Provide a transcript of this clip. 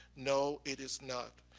no, it is not.